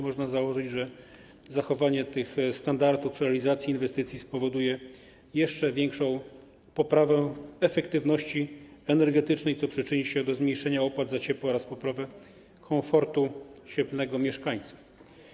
Można założyć, że zachowanie tych standardów realizacji inwestycji spowoduje jeszcze większą poprawę efektywności energetycznej, co przyczyni się do zmniejszenia opłat za ciepło oraz poprawy komfortu cieplnego mieszkańców.